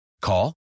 Call